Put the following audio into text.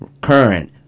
current